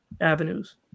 avenues